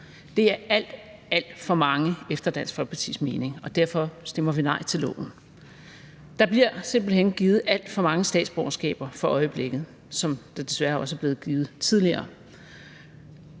Det er alt, alt for mange efter Dansk Folkepartis mening, og derfor stemmer vi nej til lovforslaget. Der bliver simpelt hen givet alt for mange statsborgerskaber for øjeblikket, sådan som der desværre også er blevet tidligere.